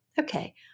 Okay